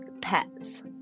pets